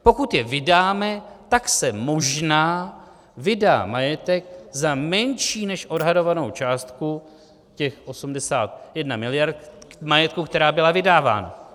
Pokud je vydáme, tak se možná vydá majetek za menší než odhadovanou částku, těch 81 mld. majetku, která byla vydávána.